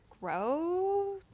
grow